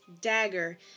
dagger